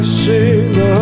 sing